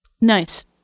Nice